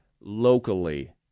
locally